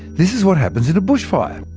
this is what happens in a bushfire.